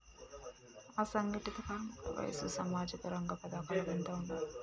అసంఘటిత కార్మికుల వయసు సామాజిక రంగ పథకాలకు ఎంత ఉండాలే?